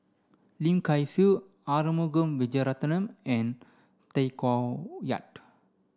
Lim Kay Siu Arumugam Vijiaratnam and Tay Koh Yat